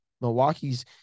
Milwaukee's